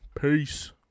Peace